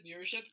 viewership